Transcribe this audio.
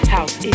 House